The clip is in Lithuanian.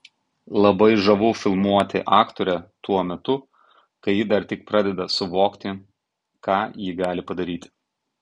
labai žavu filmuoti aktorę tuo metu kai ji dar tik pradeda suvokti ką ji gali padaryti